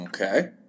Okay